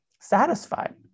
satisfied